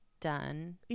done